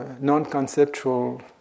non-conceptual